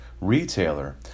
retailer